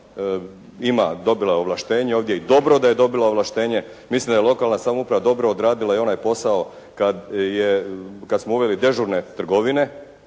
ima, dobila je ovlaštenje ovdje i dobro da je dobila ovlaštenje. Mislim da je lokalna samouprava dobro odradila i onaj posao kad je, kad smo uveli dežurne trgovine.